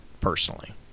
personally